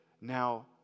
now